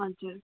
हजुर